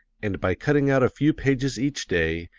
and by cutting out a few pages each day,